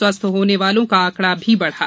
स्वस्थ होने वालों का आंकड़ा भी बढ़ा